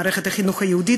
מערכת החינוך היהודית,